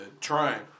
trying